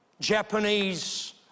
Japanese